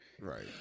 Right